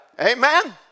Amen